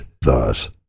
Thus